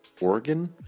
Oregon